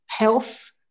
health